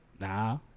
Nah